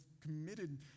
committed